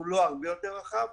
הוא לא הרבה יותר רחב,